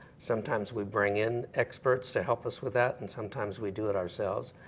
sometimes we bring in experts to help us with that and sometimes we do it ourselves.